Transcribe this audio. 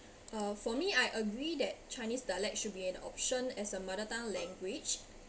uh for me I agree that chinese dialect should be an option as a mother tongue language